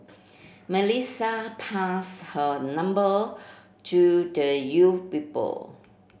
Melissa pass her number to the you people